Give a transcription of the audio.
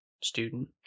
student